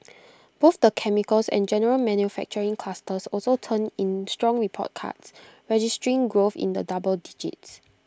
both the chemicals and general manufacturing clusters also turned in strong report cards registering growth in the double digits